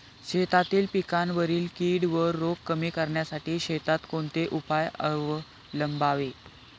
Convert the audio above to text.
शेतातील पिकांवरील कीड व रोग कमी करण्यासाठी शेतात कोणते उपाय अवलंबावे?